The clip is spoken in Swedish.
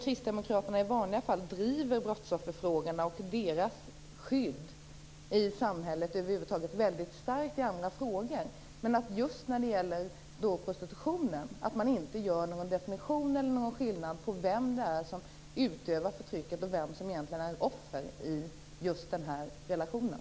Kristdemokraterna driver i vanliga fall frågorna om brottsoffer och deras skydd i samhället väldigt starkt. Just när det gäller prostitutionen gör man dock ingen definition eller någon skillnad på vem som utövar förtrycket och vem som egentligen är offer i den här relationen.